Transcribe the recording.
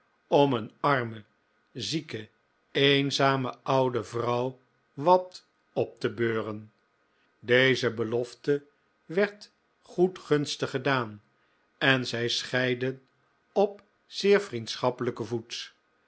om een arme zieke eenzame oude vrouw wat op te beuren deze belofte werd goedgunstig gedaan en zij scheidden op zeer vriendschappelijken voet